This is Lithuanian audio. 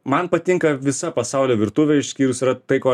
man patinka visa pasaulio virtuvė išskyrus yra tai tai ko